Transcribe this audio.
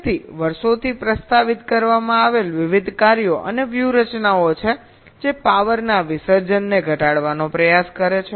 તેથી વર્ષોથી પ્રસ્તાવિત કરવામાં આવેલા વિવિધ કાર્યો અને વ્યૂહરચનાઓ છે જે પાવરના વિસર્જનને ઘટાડવાનો પ્રયાસ કરે છે